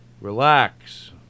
Relax